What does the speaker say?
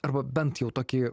arba bent jau tokį